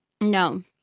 No